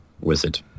wizard